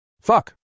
Fuck